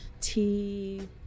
tea